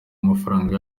amafaranga